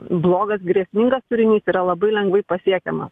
blogas grėsmingas turinys yra labai lengvai pasiekiamas